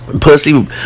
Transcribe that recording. pussy